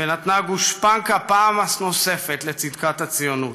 ונתנה גושפנקה פעם נוספת לצדקת הציונות.